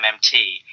MMT